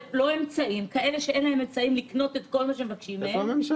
אין להם אמצעים לקנות את כל מה שמבקשים מהם --- איפה הממשלה,